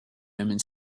omens